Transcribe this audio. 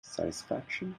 satisfaction